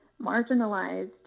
marginalized